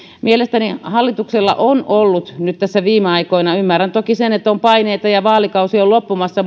mielestäni hallituksella on ollut nyt tässä viime aikoina ymmärrän toki sen että on paineita ja vaalikausi on loppumassa